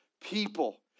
people